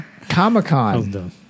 Comic-Con